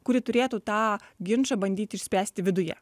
kuri turėtų tą ginčą bandyti išspręsti viduje